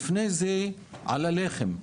לפני זה על הלחם,